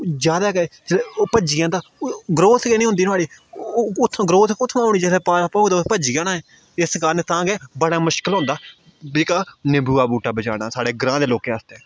जादै गै ओह् भ'ज्जी जंदा ओह् ग्रोथ गै निं होंदी नुहाड़ी ओह् ग्रोथ कुत्थुआं होनी जेल्लै पाला पौग उस भ'ज्जी जाना ऐ इस कारण तां गै बड़ा मुश्कल होंदा जेह्का निम्बुआ बूह्टा बचाना साढ़े ग्रांऽ दे लोकें आस्तै